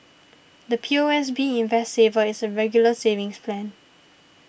the P O S B Invest Saver is a Regular Savings Plan